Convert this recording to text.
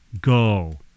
go